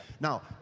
Now